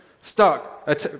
Stuck